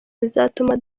bizatuma